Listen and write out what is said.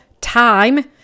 time